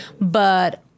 But-